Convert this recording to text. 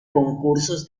concursos